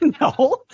no